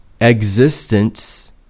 existence